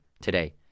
today